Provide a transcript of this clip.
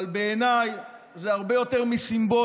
אבל בעיניי זה הרבה יותר מסימבולי